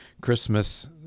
Christmas